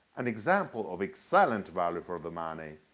an example of excellent value for the money.